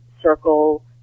circle